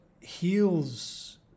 heals